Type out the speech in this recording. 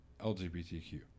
LGBTQ